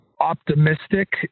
optimistic